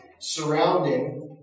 surrounding